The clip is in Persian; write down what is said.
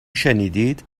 شنیدید